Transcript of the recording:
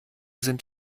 sind